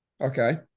okay